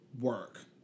work